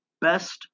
best